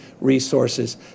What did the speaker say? resources